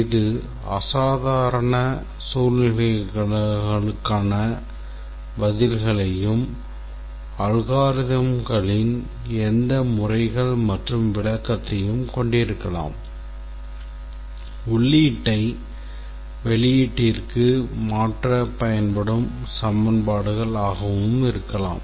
இது அசாதாரண சூழ்நிலைகளுக்கான பதில்களையும் algorithmகளின் எந்த முறைகள் அல்லது விளக்கத்தையும் கொண்டிருக்கலாம் உள்ளீட்டை வெளியீட்டிற்கு மாற்ற பயன்படும் சமன்பாடுகள் ஆகவும் இருக்கலாம்